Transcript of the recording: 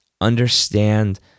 understand